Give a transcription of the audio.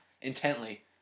intently